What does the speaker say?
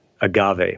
agave